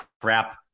crap